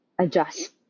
adjust